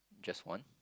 just one